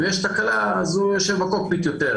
אם יש תקלה אז הוא יושב בקוקפיט יותר,